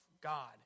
God